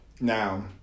Now